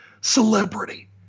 celebrity